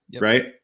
right